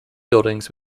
buildings